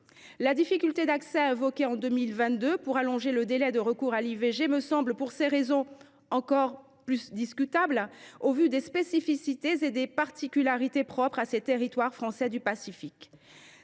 La difficulté d’accès, invoquée en 2022 pour allonger le délai de recours à l’IVG, me semble, pour ces raisons, encore plus discutable, au vu des spécificités et des particularités de ces territoires français du Pacifique.